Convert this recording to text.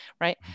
right